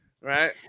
Right